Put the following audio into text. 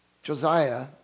Josiah